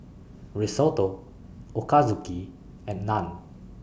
Risotto Ochazuke and Naan